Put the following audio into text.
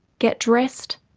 get dressed,